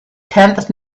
tenth